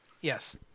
Yes